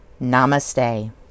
Namaste